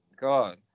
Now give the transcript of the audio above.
God